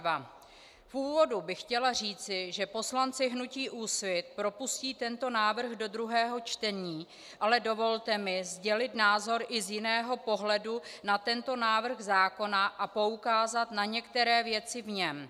V úvodu bych chtěla říct, že poslanci hnutí Úsvit propustí tento návrh do druhého čtení, ale dovolte mi sdělit názor i z jiného pohledu na tento návrh zákona a poukázat na některé věci v něm.